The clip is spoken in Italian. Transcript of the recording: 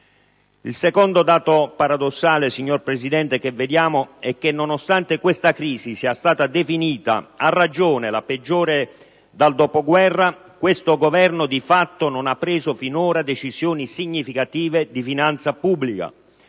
Il secondo dato paradossale, signor Presidente, è che, nonostante questa crisi sia stata definita, a ragione, la peggiore dal dopoguerra, questo Governo di fatto non ha preso finora decisioni significative di finanza pubblica.